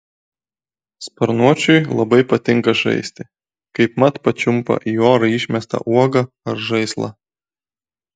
sparnuočiui labai patinka žaisti kaipmat pačiumpa į orą išmestą uogą ar žaislą